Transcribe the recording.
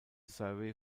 survey